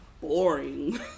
boring